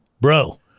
bro